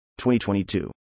2022